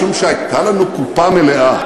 משום שהייתה לנו קופה מלאה,